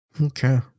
Okay